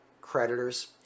creditors